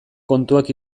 kontuak